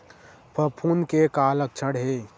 फफूंद के का लक्षण हे?